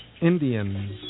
Indians